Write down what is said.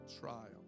trial